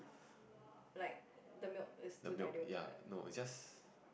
the milk ya no it's just